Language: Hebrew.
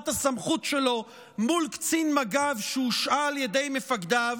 הסמכות שלו מול קצין מג"ב שהושעה על ידי מפקדיו,